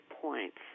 points